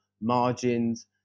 margins